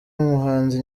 umuhanzi